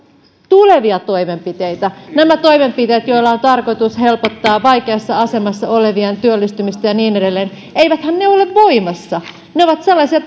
tulevia toimenpiteitä nämä toimenpiteet joilla on tarkoitus helpottaa vaikeassa asemassa olevien työllistymistä ja niin edelleen eiväthän ne ole voimassa ne ovat sellaisia